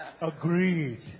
Agreed